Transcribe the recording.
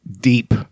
deep